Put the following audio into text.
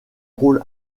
rôle